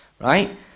Right